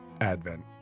advent